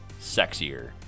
sexier